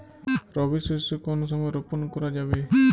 রবি শস্য কোন সময় রোপন করা যাবে?